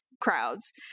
crowds